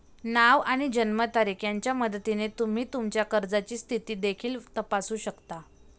नाव आणि जन्मतारीख यांच्या मदतीने तुम्ही तुमच्या कर्जाची स्थिती देखील तपासू शकता